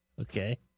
Okay